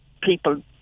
people